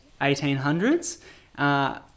1800s